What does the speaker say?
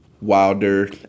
Wilder